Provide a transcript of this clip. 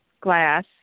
glass